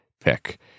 pick